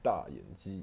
大眼妓